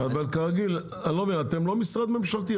אבל כרגיל, אני לא מבין, אתם לא משרד ממשלתי?